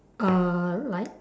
a like